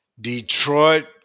Detroit